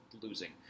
losing